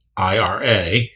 IRA